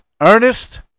Ernest